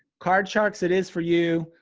card sharks it is for you,